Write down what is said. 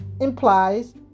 implies